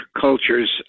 cultures